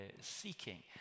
seeking